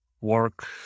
work